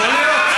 יכול להיות?